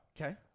Okay